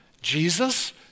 Jesus